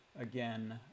again